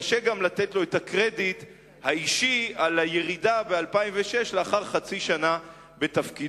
קשה גם לתת לו את הקרדיט האישי על הירידה ב-2006 לאחר חצי שנה בתפקידו.